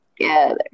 together